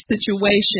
situation